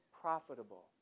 profitable